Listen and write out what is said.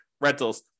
rentals